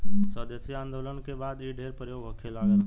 स्वदेशी आन्दोलन के बाद इ ढेर प्रयोग होखे लागल